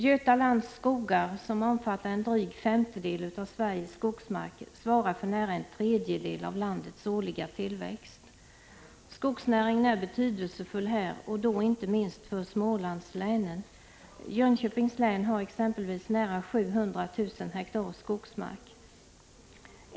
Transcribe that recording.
Götalands skogar, som omfattar en dryg femtedel av Sveriges skogsmark, svarar för nära en tredjedel av landets årliga tillväxt. Skogsnäringen är betydelsefull för Götaland, inte minst för Smålandslänen. Jönköpings län har t.ex. nära 700 000 ha skogsmark.